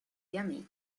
yummy